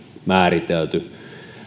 määritelty